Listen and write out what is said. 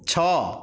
ଛଅ